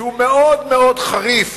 שהוא מאוד-מאוד חריף